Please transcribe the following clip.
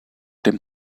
dem